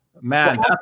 Man